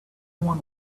one